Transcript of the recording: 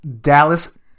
Dallas